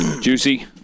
Juicy